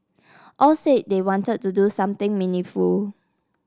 all said they wanted to do something meaningful